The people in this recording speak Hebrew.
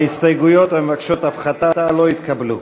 ההסתייגויות המבקשות הפחתה לא התקבלו.